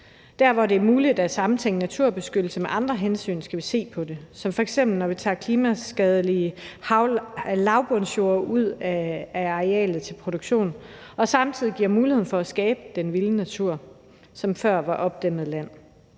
Der, hvor det er muligt at samtænke naturbeskyttelse med andre hensyn, skal vi se på det, som f.eks. når vi tager klimaskadelige lavbundsjorder ud af arealet til produktion og samtidig giver mulighed for at skabe den vilde natur, som før var opdæmmet land.